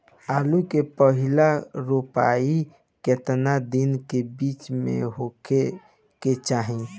आलू क पहिला रोपाई केतना दिन के बिच में होखे के चाही?